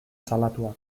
salatuak